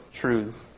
truths